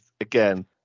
again